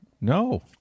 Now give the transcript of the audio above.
No